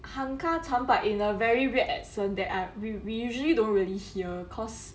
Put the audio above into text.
ham ka can but in a very weird accent that I we we usually don't really hear cause